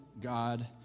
God